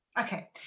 okay